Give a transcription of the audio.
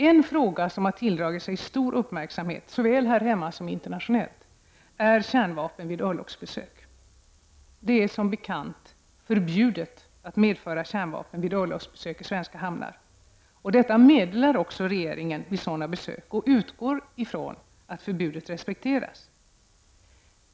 En fråga som har tilldragit sig stor uppmärksamhet, såväl här hemma som internationellt, är kärnvapen vid örlogsbesök. Det är, som bekant, förbjudet att medföra kärnvapen vid örlogsbesök i svenska hamnar. Regeringen meddelar detta vid sådana besök och utgår ifrån att förbudet respekteras.